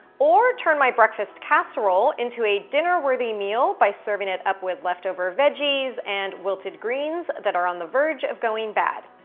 or turn my breakfast casserole into a dinner-worthy meal by serving it up with leftover veggies and wilted greens that are on the verge of going bad.